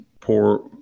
poor